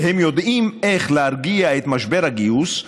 שהם יודעים איך להרגיע את משבר הגיוס,